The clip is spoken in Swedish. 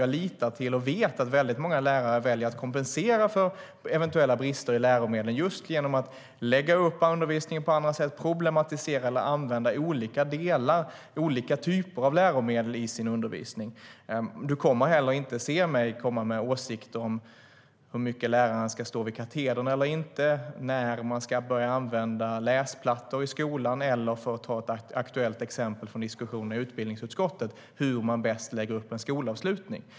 Jag litar till och vet att väldigt många lärare väljer att kompensera för eventuella brister i läromedlen just genom att lägga upp undervisningen på andra sätt och problematisera eller använda olika delar och olika typer av läromedel i sin undervisning. Aron Modig kommer heller inte att se mig komma med åsikter om hur mycket lärarna ska stå vid katedern eller inte, när man ska börja använda läsplattor i skolan eller, för att ta ett aktuellt exempel från diskussioner i utbildningsutskottet, hur man bäst lägger upp en skolavslutning.